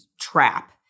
trap